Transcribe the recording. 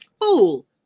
Fool